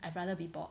I rather be bored